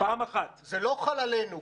זה לא חל עלינו.